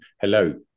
Hello